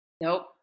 Nope